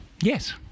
Yes